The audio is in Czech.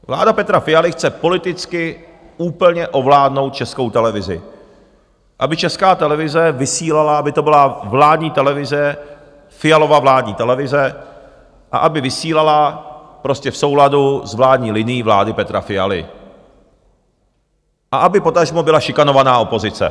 Vláda Petra Fialy chce politicky úplně ovládnout Českou televizi, aby Česká televize vysílala, aby to byla vládní televize, Fialova vládní televize, a aby vysílala prostě v souladu s vládní linií vlády Petra Fialy a aby potažmo byla šikanována opozice.